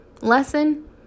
lesson